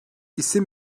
isim